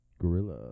Gorilla